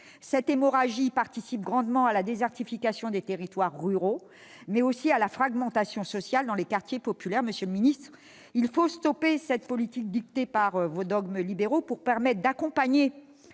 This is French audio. Cette hémorragie participe grandement à la désertification des territoires ruraux, mais aussi à la fragmentation sociale dans les quartiers populaires. Monsieur le secrétaire d'État, il faut mettre un terme à cette politique dictée par vos dogmes libéraux, pour accompagner